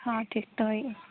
ᱦᱚᱸ ᱴᱷᱤᱠ ᱦᱚᱴᱚ ᱦᱩᱭᱩᱜᱼᱟ